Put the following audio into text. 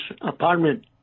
apartment